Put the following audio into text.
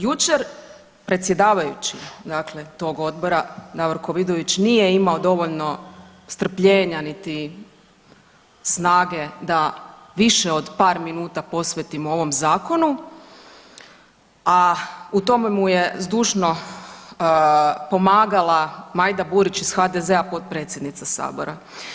Jučer predsjedavajući dakle tog odbora Davorko Vidović nije imao dovoljno strpljenja, niti snage da više od par minuta posvetimo ovom zakonu, a u tome mu je zdušno pomagala Majda Burić iz HDZ-a potpredsjednica sabora.